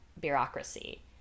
bureaucracy